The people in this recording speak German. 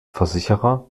versicherer